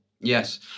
Yes